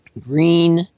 green –